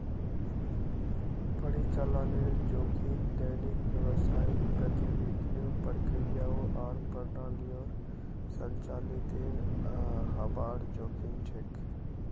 परिचालनेर जोखिम दैनिक व्यावसायिक गतिविधियों, प्रक्रियाओं आर प्रणालियोंर संचालीतेर हबार जोखिम छेक